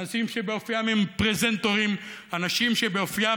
אנשים שבאופיים